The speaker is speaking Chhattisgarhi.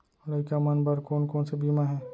लइका मन बर कोन कोन से बीमा हे?